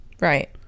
Right